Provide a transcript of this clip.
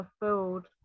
fulfilled